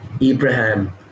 Abraham